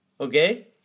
okay